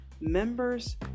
Members